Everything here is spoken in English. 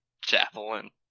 Javelin